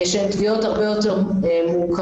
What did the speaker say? שהן תביעות הרבה יותר מורכבות.